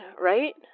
right